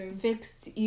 fixed